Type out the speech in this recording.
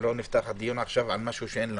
שלא נפתח עכשיו דיון על משהו שאין לנו.